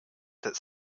that